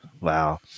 wow